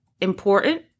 important